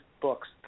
books